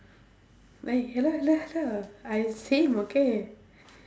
eh hello hello hello I same okay